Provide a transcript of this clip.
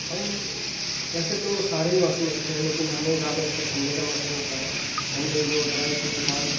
ہم ویسے تو سارے ہی موسم اچھے ہیں لیکن ہمیں زیادہ اچھا ٹھنڈے کا موسم لگتا ہے ٹھنڈ میں یہ ہوتا ہے کہ انسان